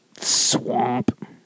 Swamp